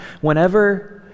whenever